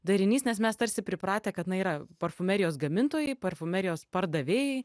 darinys nes mes tarsi pripratę kad na yra parfumerijos gamintojai parfumerijos pardavėjai